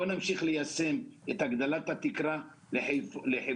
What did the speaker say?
בואו נמשיך ליישם את הגדלת התקרה לחברות